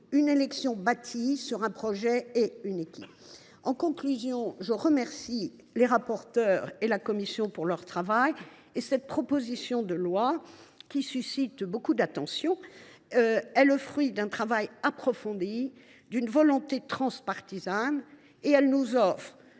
municipal soit bâtie autour d’un projet et d’une équipe. En conclusion, je veux remercier les rapporteurs et la commission de leur travail. Cette proposition de loi, qui suscite beaucoup d’attention, est le fruit d’un travail approfondi et d’une volonté transpartisane. Elle nous offre